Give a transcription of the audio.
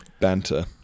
banter